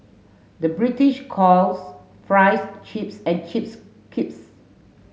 the British calls fries chips and chips crisps